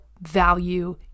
value